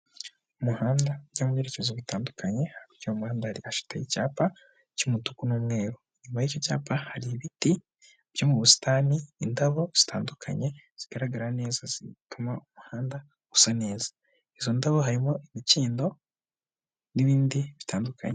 Umuhanda ujya mu byerekezo bitandukanye, hakurya y'umuhanda hari ashite y'icyapa cy'umutuku n'umweru, inyuma y'icyo cyapa hari ibiti byo mu busitani, indabo zitandukanye zigaragara neza zituma umuhanda usa neza, izo ndabo harimo imikindo n'ibindi bitandukanye.